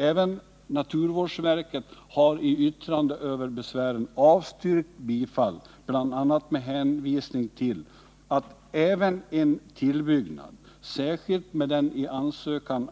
Även naturvårdsverket har i yttrande över besvären avstyrkt bifall, bl.a. med hänvisning till att ”även en tillbyggnad, särskilt med den i ansökan